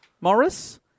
Morris